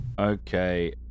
Okay